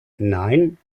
nein